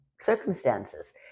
circumstances